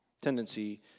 tendency